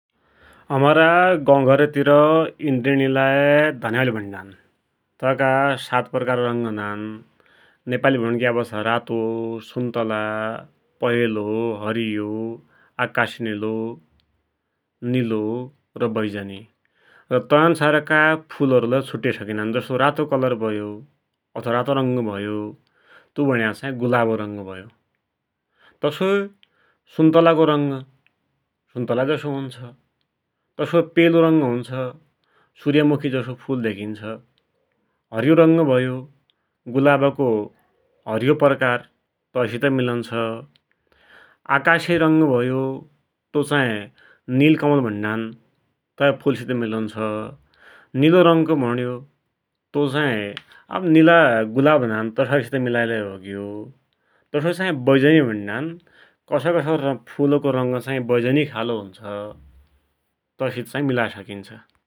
हमरा गौघरतिर इन्द्रेणी लाइ धन्यावाली भुण्णान। तैका सात प्रकारका रंग हुनान, नेपालीमा भुणिग्या पाछा रातो, सुन्तला, पहेलो, हरियो, आकाशे निलो, निलो, र बैजनी र तै अनसारका फ़ुलहरुलै छुटे सकिनान। जसो रातो, कलर भयो अथवा रातो रंग भयो तु मुख्य चाहि गुलाबको रंग भयो, तसोई सुन्तलाको रंग, सुन्तला जसो हुन्छ, तसोइ, पहेलो रंग हुन्छ, सूर्यमुखी जसो फुल धेकिन्छ, हरियो रंग भयो गुलाबको हरियो प्रकार तै सित मिलन्छ, आकाशे संग भयो तु चाही निलकमल भुण्णान तै फुलासित मिलुन्छ, निलो रंग भुण्यो तु चाही आब निला गुलाब हुनान तै सित मिलायालै होइग्यो, तसोई चाहि बैजनी भुण्णान कसै कसै फुलको रंग बैजनी खालको हुन्छ, तै सित चाही मिलाई सकिन्छ।